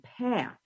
path